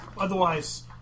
Otherwise